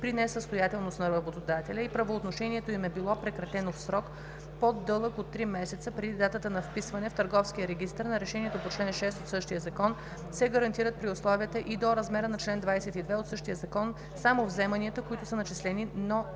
при несъстоятелност на работодателя и правоотношението им е било прекратено в срок по дълъг от три месеца преди датата на вписване в търговския регистър на решението по чл. 6 от същия закон, се гарантират при условията и до размера на чл. 22 от същия Закон само вземанията, които са начислени, но